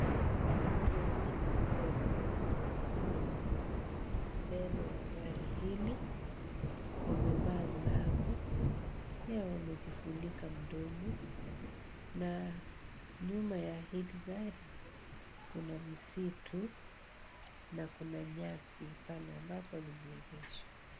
Kuna watu wawili ambao wamesimama hapa mbele ya gari hili. Wamevaa glavu, pia wamejifunika mdomo na nyuma ya hili gari kuna msitu na kuna nyasi pale ambapo limeegeshwa.